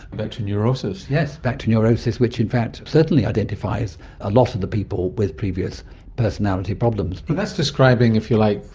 but to neurosis. yes, back to neurosis, which in fact certainly identifies a lot of the people with previous personality problems. that's describing, if you like,